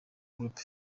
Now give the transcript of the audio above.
group